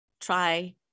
try